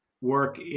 work